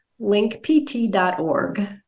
linkpt.org